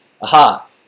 aha